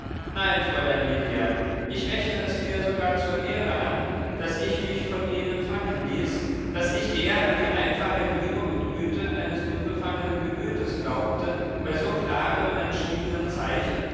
nein fräulein lydia ich rechne es mir sogar zur ehre an daß ich mich von ihnen fangen ließ daß ich eher an die einfache liebe und güte eines unbefangenen gemütes glaubte bei so klaren und entschiedenen zeichen